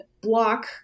block